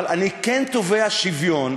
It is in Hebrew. אבל אני כן תובע שוויון,